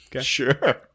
sure